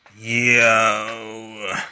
Yo